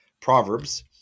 Proverbs